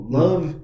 love